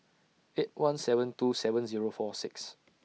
eight one seven two seven Zero four six